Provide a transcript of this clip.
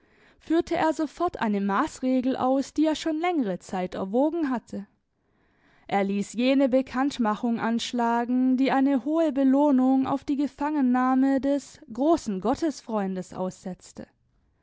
führte er sofort eine maßregel aus die er schon längere zeit erwogen hatte er ließ jene bekanntmachung anschlagen die eine hohe belohnung auf die gefangennahme des großen gottesfreundes aussetzte